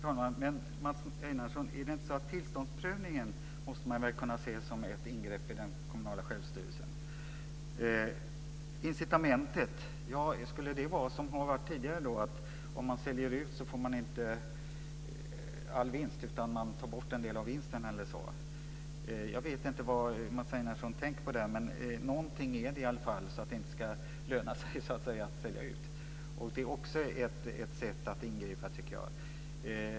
Herr talman! Men, Mats Einarsson, tillståndsprövningen måste man väl kunna se som ett ingrepp i den kommunala självstyrelsen? Incitamentet - skulle det vara detsamma som det har varit tidigare, att man inte får all vinst om man säljer ut utan att en del av vinsten tas bort? Jag vet inte vad Mats Einarsson tänker på där, men någonting är det. Det ska inte löna sig att sälja ut. Det är ju också ett sätt att ingripa, tycker jag.